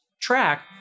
track